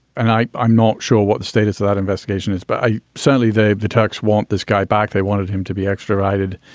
and i i'm not sure what the status of that investigation is, but i certainly they the turks want this guy back. they wanted him to be extradited.